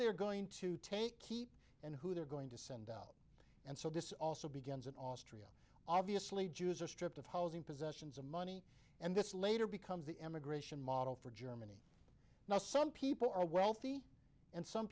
they're going to take keep and who they're going to send and so this also begins in austria obviously jews are stripped of housing possessions and money and this later becomes the emigration model for germany now some people are wealthy and some